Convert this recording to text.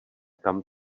kam